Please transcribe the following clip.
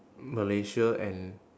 malaysia and